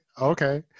Okay